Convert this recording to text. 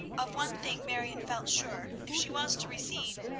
of one thing marion felt sure, if she was to receive,